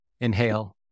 inhale